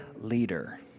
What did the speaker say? leader